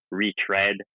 retread